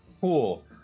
Cool